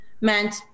meant